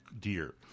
deer